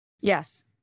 Yes